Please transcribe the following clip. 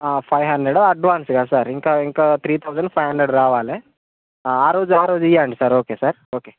five hundred advance కదా sir ఇంకా ఇంకా త్రి థౌజండ్ ఫైవ్ హండ్రెడ్ రావాలి ఆ రోజు ఆ రోజు ఇవ్వండి సార్ ఓకే సార్ ఓకే